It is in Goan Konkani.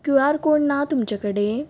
क्युआर कोड ना तुमचे कडेन